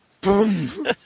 Boom